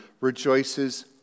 rejoices